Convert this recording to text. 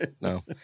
No